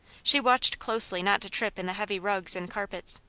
she watched closely not to trip in the heavy rugs and carpets.